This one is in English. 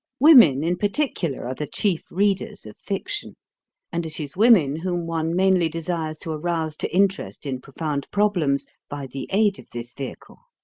women, in particular, are the chief readers of fiction and it is women whom one mainly desires to arouse to interest in profound problems by the aid of this vehicle.